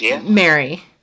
Mary